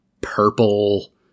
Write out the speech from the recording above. purple